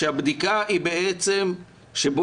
שהבדיקה היא שבודק,